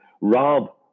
Rob